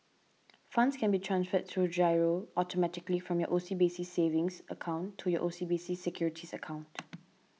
funds can be transferred through G I R O automatically from your O C B C savings account to your O C B C securities account